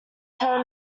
toad